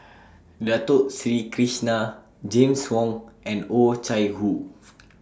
Dato Sri Krishna James Wong and Oh Chai Hoo